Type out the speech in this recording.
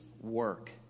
work